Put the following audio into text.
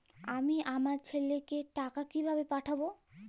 আমি আমার ছেলেকে টাকা কিভাবে পাঠাব?